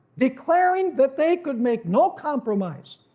declaring that they could make no compromise.